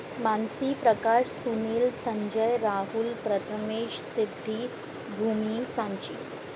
Mansi Prakash Sunil Sanjay Rahul Prathamesh Siddhi Bhumi Sanchi